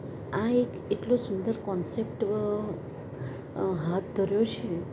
આ એક એટલો સુંદર કોન્સેપ્ટ હાથ ધર્યો છે